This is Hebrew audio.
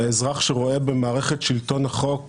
אזרח שרואה במערכת שלטון החוק